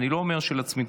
אני לא אומר שלצמיתות,